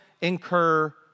incur